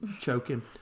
choking